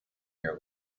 your